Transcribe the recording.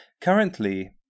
Currently